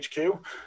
HQ